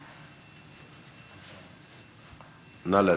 נא להצביע.